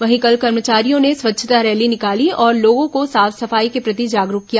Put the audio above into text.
वहीं कल कर्मचारियों ने स्वच्छता रैली निकाली और लोगों को साफ सफाई के प्रति जागरूक किया